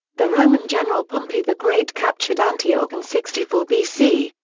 the roman general pompey the great captured antioch in sixty four bc,